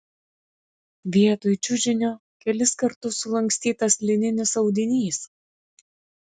vietoj čiužinio kelis kartus sulankstytas lininis audinys